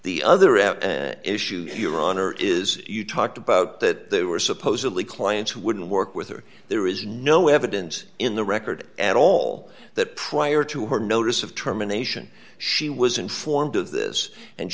the other at issue your honor is you talked about that they were supposedly clients who wouldn't work with her there is no evidence in the record at all that prior to her notice of terminations she was informed of this and